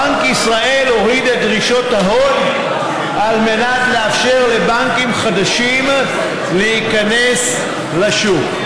בנק ישראל הוריד את דרישות ההון על מנת לאפשר לבנקים חדשים להיכנס לשוק.